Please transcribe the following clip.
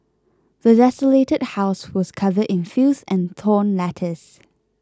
the desolated house was covered in filth and torn letters